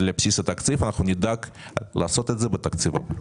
לבסיס התקציב ואנחנו נדאג לעשות את זה בתקציב הבא.